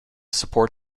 support